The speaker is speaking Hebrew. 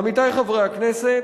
עמיתי חברי הכנסת,